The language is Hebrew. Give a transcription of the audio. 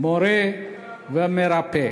מורה ומרפא.